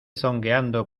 zongueando